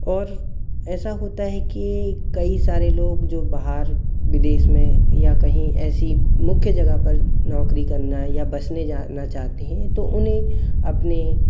और ऐसा होता है के कई सारे लोग जो बाहर विदेश में या कहीं ऐसी मुख्य जगह पर नौकरी करना या बसने जाना चाहते हैं तो उन्हें अपने